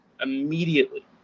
immediately